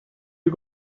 you